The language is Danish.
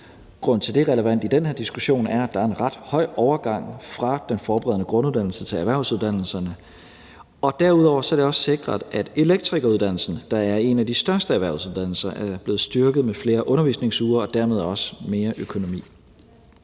Grunden til, at det er relevant i den her diskussion, er, at der er en ret høj overgang fra den forberedende grunduddannelse til erhvervsuddannelserne. Derudover er det også sikret, at elektrikeruddannelsen, der er en af de største erhvervsuddannelser, er blevet styrket med flere undervisningsuger og dermed også mere økonomi.